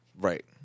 Right